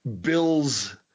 Bill's